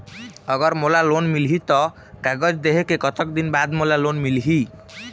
अगर मोला लोन मिलही त कागज देहे के कतेक दिन बाद मोला लोन मिलही?